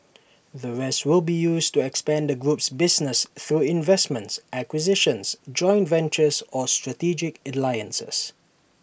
the rest will be used to expand the group's business through investments acquisitions joint ventures or strategic alliances